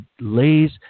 lays